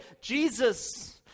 Jesus